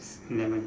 eleven